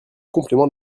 complément